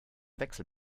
wechsel